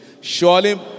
Surely